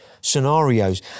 scenarios